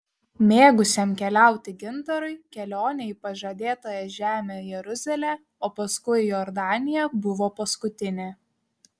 mėgusiam keliauti gintarui kelionė į pažadėtąją žemę jeruzalę o paskui į jordaniją buvo paskutinė